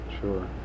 sure